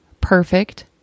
perfect